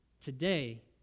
today